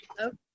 Okay